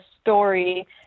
story